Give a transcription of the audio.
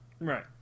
Right